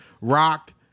rock